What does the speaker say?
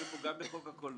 היינו פה גם בחוק הקולנוע,